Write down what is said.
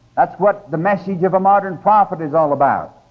that's what the message of a modern prophet is all about.